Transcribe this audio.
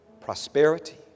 Prosperity